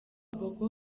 boko